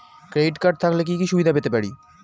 Credit card থাকলে কি কি সুবিধা পেতে পারি?